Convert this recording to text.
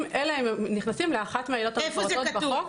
אלא הם נכנסים לאחת מהעילות המפורטות בחוק.